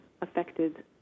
Affected